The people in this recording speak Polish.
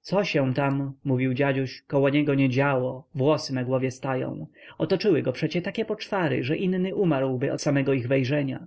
co się tam mówił dziaduś koło niego nie działo włosy na głowie stają otoczyły go przecie takie poczwary że inny umarłby od samego ich wejrzenia